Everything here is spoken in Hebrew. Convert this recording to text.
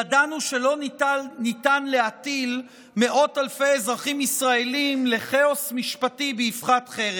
ידענו שלא ניתן להטיל מאות אלפי אזרחים ישראלים לכאוס משפטי באבחת חרב.